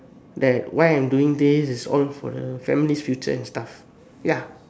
that why I'm doing this is all for the family's future and stuff ya